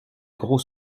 gros